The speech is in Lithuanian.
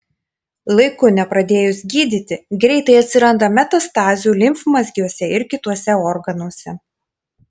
laiku nepradėjus gydyti greitai atsiranda metastazių limfmazgiuose ir kituose organuose